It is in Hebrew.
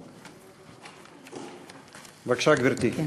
בבקשה, גברתי.